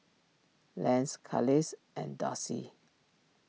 Lance Carlisle and Darcy